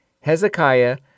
Hezekiah